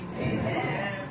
Amen